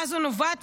בדרכים.